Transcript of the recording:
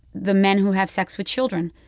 the men who have sex with children,